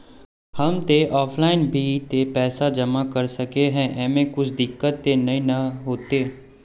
हम ते ऑफलाइन भी ते पैसा जमा कर सके है ऐमे कुछ दिक्कत ते नय न होते?